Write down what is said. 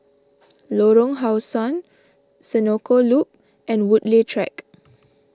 Lorong How Sun Senoko Loop and Woodleigh Track